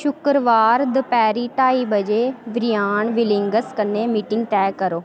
शुक्रवार दपैह्री ढाई बजे ब्रियान बिल्लिंग्स कन्नै मीटिंग तय करो